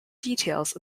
details